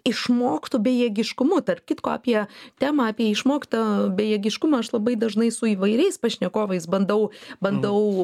išmoktu bejėgiškumu tarp kitko apie temą apie išmoktą bejėgiškumą aš labai dažnai su įvairiais pašnekovais bandau bandau